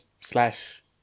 slash